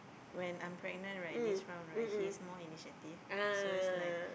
when I'm pregnant right this round right he's more initiative so it's like